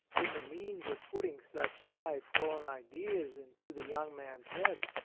been the means of putting such high flown ideas into the young man's head.